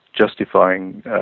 justifying